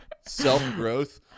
Self-growth